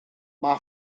mai